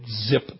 zip